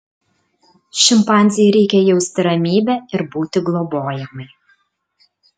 šimpanzei reikia jausti ramybę ir būti globojamai